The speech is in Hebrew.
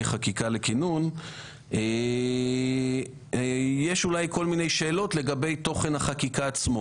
חקיקה לכינון יש אולי כל מיני שאלות לגבי תוכן החקיקה עצמו,